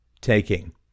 taking